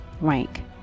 rank